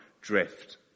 drift